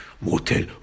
motel